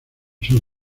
son